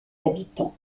habitants